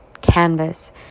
canvas